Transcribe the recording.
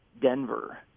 Denver